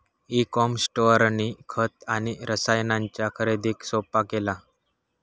E com स्टोअरनी खत आणि रसायनांच्या खरेदीक सोप्पा केला